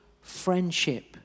friendship